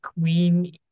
queen